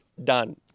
done